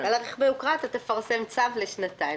על רכבי היוקרה רשות המסים תפרסם צו לשנתיים.